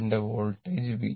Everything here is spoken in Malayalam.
ഇത് എന്റെ വോൾട്ടേജ് V